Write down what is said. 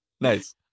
Nice